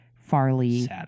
Farley